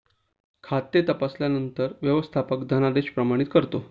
खाते तपासल्यानंतर व्यवस्थापक धनादेश प्रमाणित करतो